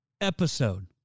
episode